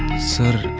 sir,